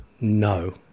No